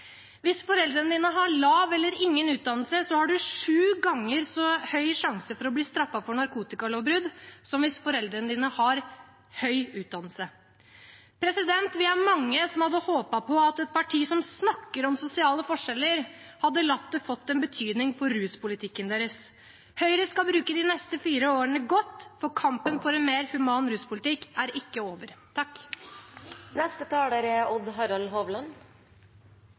Hvis foreldrene dine har lav eller ingen utdannelse, har du sju ganger så høy sjanse for å bli straffet for narkotikalovbrudd som hvis foreldrene dine har høy utdannelse. Vi er mange som hadde håpet på at et parti som snakker om sosiale forskjeller, hadde latt det få en betydning for ruspolitikken deres. Høyre skal bruke de neste fire årene godt, for kampen for en mer human ruspolitikk er ikke over.